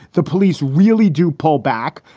the police really do pull back.